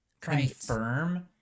confirm